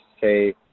say